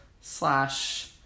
slash